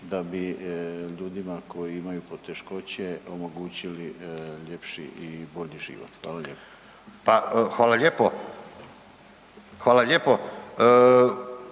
da bi ljudima koji imaju poteškoće omogućili ljepši i bolji život? Hvala lijepo.